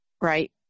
Right